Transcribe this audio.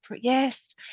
yes